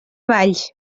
valls